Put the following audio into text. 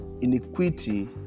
inequity